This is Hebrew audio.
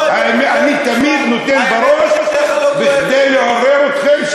אני תמיד נותן בראש כדי לעורר אתכם,